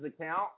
account